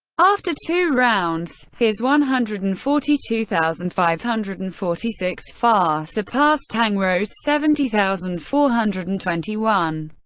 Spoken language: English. after two rounds, his one hundred and forty two thousand five hundred and forty six far surpassed tang rou's seventy thousand four hundred and twenty one.